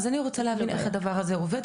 אז אני רוצה להבין איך הדבר הזה עובד,